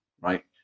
right